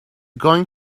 going